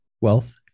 wealth